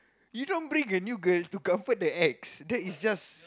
you don't bring a new girl to comfort the ex that is just